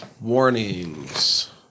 Warnings